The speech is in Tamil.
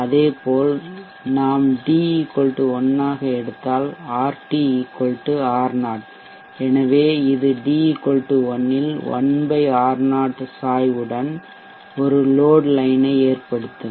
அதேபோல் நாம் d 1 ஆக எடுத்தால் RT R0 எனவே இது d 1 இல் 1 R0 சாய்வுடன் ஒரு லோட் லைன் ஐ ஏற்படுத்தும்